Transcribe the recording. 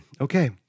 Okay